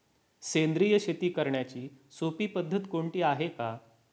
सेंद्रिय शेती करण्याची सोपी पद्धत कोणती आहे का?